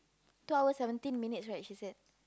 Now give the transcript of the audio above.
two hour seventeen minutes right he said